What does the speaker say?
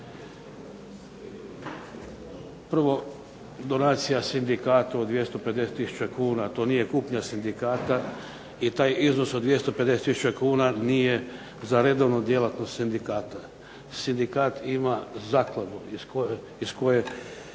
Prvo donacija sindikata od 250 tisuća kuna, to nije kupnja sindikat i taj iznos od 250 tisuća kuna nije za redovnu djelatnost sindikata. Sindikat ima zakladu iz koje